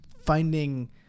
finding